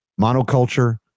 Monoculture